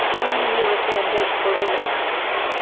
only european dates were released.